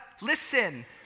listen